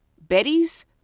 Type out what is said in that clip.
Betty's